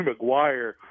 McGuire